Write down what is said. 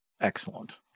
Excellent